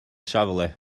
safle